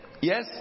Yes